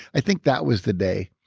i think that was the day.